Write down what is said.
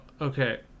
okay